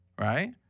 Right